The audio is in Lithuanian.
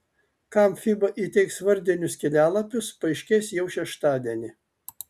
kam fiba įteiks vardinius kelialapius paaiškės jau šeštadienį